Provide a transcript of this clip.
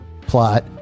plot